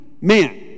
Man